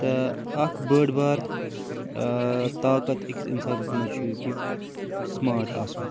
تہٕ اَکھ بٔڑ بار طاقت أکِس اِنسانَس منٛز چھُ کہِ سُماٹ آسُن